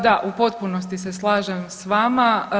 Da, u potpunosti se slažem s vama.